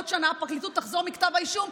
עוד שנה הפרקליטות תחזור מכתב האישום,